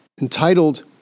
entitled